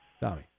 Tommy